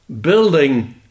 building